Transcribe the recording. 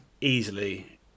Easily